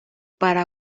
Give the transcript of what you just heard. para